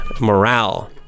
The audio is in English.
Morale